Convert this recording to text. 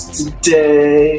today